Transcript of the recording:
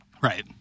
Right